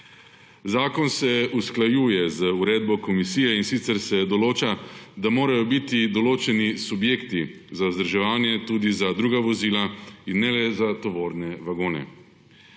Zakon se usklajuje z uredbo Komisije, in sicer se določa, da morajo biti določeni subjekti za vzdrževanje tudi za druga vozila in ne le za tovorne vagone.